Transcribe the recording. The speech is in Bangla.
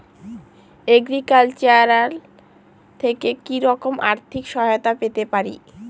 এগ্রিকালচার থেকে কি রকম আর্থিক সহায়তা পেতে পারি?